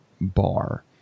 bar